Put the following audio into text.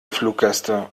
fluggäste